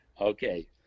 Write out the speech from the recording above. Okay